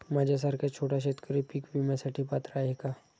माझ्यासारखा छोटा शेतकरी पीक विम्यासाठी पात्र आहे का?